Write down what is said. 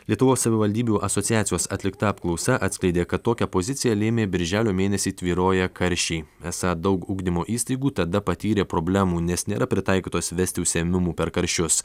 lietuvos savivaldybių asociacijos atlikta apklausa atskleidė kad tokią poziciją lėmė birželio mėnesį tvyroję karščiai esą daug ugdymo įstaigų tada patyrė problemų nes nėra pritaikytos vesti užsiėmimų per karščius